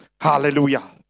Hallelujah